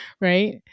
right